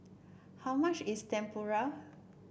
how much is Tempura